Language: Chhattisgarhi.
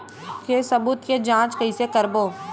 के सबूत के जांच कइसे करबो?